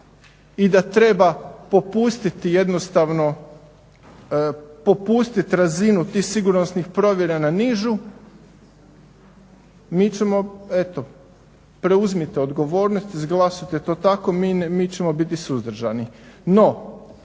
jednostavno, popustiti razinu tih sigurnosnih provjera na nižu mi ćemo eto preuzmite odgovornost, izglasujte to tako. Mi ćemo biti suzdržani.